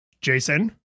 Jason